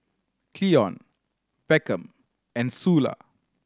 Cleon Beckham and Sula